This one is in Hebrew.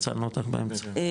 עצרנו אותך באמצע,